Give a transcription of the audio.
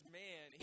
man